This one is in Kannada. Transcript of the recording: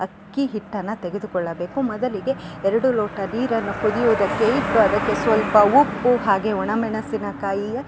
ಅಕ್ಕಿ ಹಿಟ್ಟನ್ನು ತೆಗೆದುಕೊಳ್ಳಬೇಕು ಮೊದಲಿಗೆ ಎರಡು ಲೋಟ ನೀರನ್ನು ಕುದಿಯುವುದಕ್ಕೆ ಇಟ್ಟು ಅದಕ್ಕೆ ಸ್ವಲ್ಪ ಉಪ್ಪು ಹಾಗೆ ಒಣ ಮೆಣಸಿನಕಾಯಿಯ